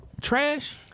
Trash